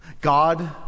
God